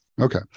okay